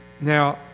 Now